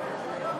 קביעת